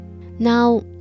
Now